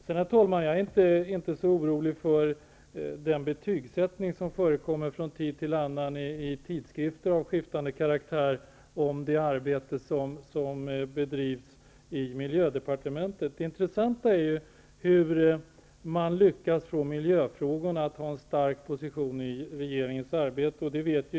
Sedan är jag inte så orolig för den betygsättning som från tid till annan förekommer i tidskrifter av skiftande karaktär av det arbete som bedrivs i miljödepartementet. Det intressanta är om man lyckas ge miljöfrågorna en stark position i regeringens arbete.